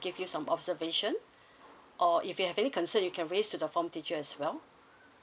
give you some observation or if you have any concern you can raise to the form teacher as well